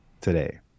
today